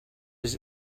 his